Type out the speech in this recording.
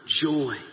joy